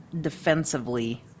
defensively